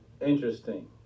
Interesting